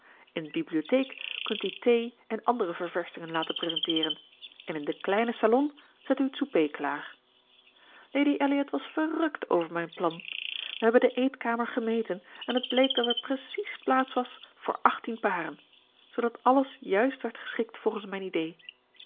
in de bibliotheek kunt u thee en andere ververschingen laten presenteeren en in den kleinen salon zet u het souper klaar lady elliott was verrukt over mijn plan we hebben de eetkamer gemeten en t bleek dat er precies plaats was voor achttien paren zoodat alles juist werd geschikt volgens mijn idee